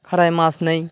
খাড়ায় মাছ নেই